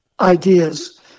Ideas